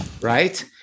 right